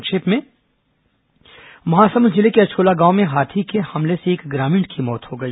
संक्षिप्त समाचार महासमुंद जिले के अछोला गांव में हाथी के हमले से एक ग्रामीण की मौत हो गई